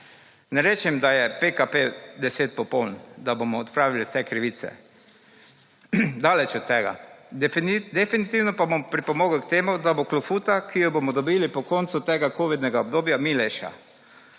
Ne rečem, da je PKP-10 popoln, da bomo odpravili vse krivice daleč od tega definitivno pa bom pripomogel k temu, da bo klofuta, ki jo bomo dobili po koncu tega covidnega obdobja milejša.